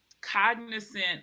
cognizant